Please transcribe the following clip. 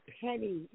penny